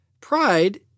pride